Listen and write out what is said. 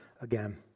again